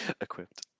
equipped